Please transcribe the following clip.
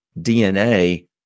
DNA